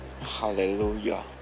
Hallelujah